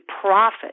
profit